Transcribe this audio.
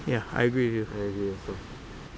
ya I agree with you